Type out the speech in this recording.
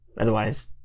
Otherwise